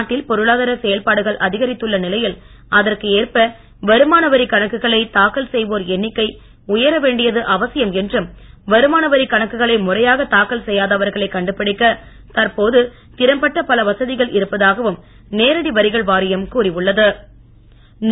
நாட்டில் பொருளாதார செயல்பாடுகள் அதிகரித்துள்ள நிலையில் அதற்கேற்ப வருமான வரிக் கணக்குகளை தாக்கல் செய்வோர் எண்ணிக்கை உயர வேண்டியது அவசியம் என்றும் வருமான வரிக் கணக்குகளை முறையாக தாக்கல் செய்யாதவர்களை கண்டுபிடிக்க தற்போது திறம்பட்ட பல வசதிகள் இருப்பதாகவும் நேரடி வரிகன் வாரியம் கூறியுன்ன து